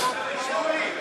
ועדת חקירה ממלכתית.